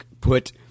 put